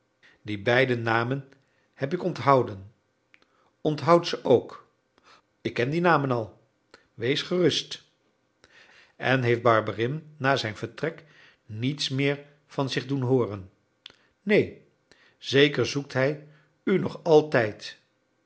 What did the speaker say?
die beide namen heb ik onthouden onthoud ze ook ik ken die namen al wees gerust en heeft barberin na zijn vertrek niets meer van zich doen hooren neen zeker zoekt hij u nog altijd